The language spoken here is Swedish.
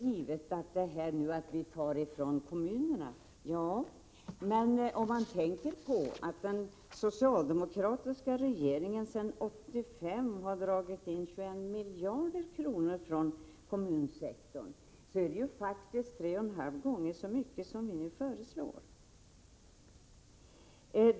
Visst blir det en omfördelning från kommunerna, men om man tänker på att den socialdemokratiska regeringen sedan 1985 har dragit in 21 miljarder kronor från kommunsektorn så är det faktiskt tre och en halv gång så mycket som det vi nu föreslår.